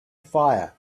fire